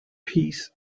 peace